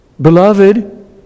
Beloved